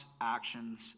actions